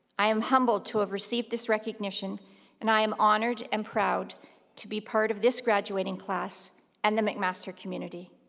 i am humbled to have received this recognition and i am honoured and proud to be part of this graduating class and the mcmaster community.